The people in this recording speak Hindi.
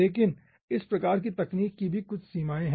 लेकिन इस प्रकार की तकनीकों की भी कुछ सीमाएँ हैं